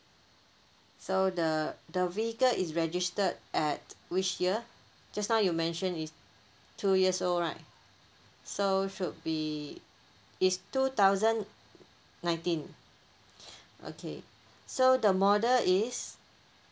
so the the vehicle is registered at which year just now you mention it's two years old right so should be it's two thousand nineteen okay so the model is